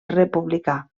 republicà